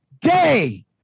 day